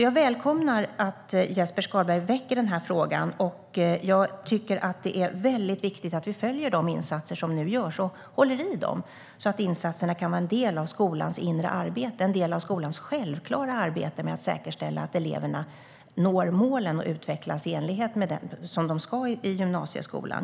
Jag välkomnar därför att Jesper Skalberg Karlsson väcker denna fråga. Jag tycker att det är mycket viktigt att vi följer de insatser som nu görs och håller i dem, så att insatserna kan vara en del av skolans inre arbete och vara en del av skolans självklara arbete med att säkerställa att eleverna når målen och utvecklas som de ska i gymnasieskolan.